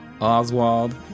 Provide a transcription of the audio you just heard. oswald